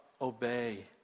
obey